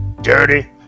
dirty